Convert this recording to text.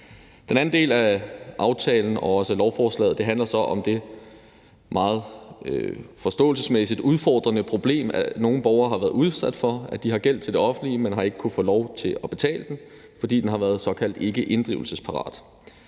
Den anden del af aftalen og også af lovforslaget handler så om det meget forståelsesmæssigt udfordrende problem, nogle borgere har været udsat for, at de har gæld til det offentlige, men ikke har kunnet få lov til at betale den, fordi den har været såkaldt ikkeinddrivelsesparat.